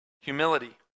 humility